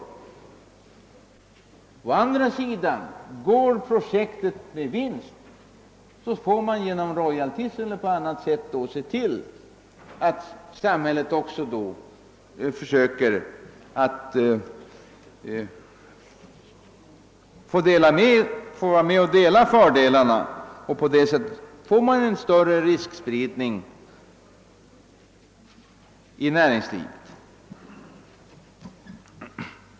Går projektet däremot med vinst får man genom royalties eller på annat sätt se till att samhället också får vara med och dela vinsten. På det sättet blir det en större riskspridning inom näringslivet.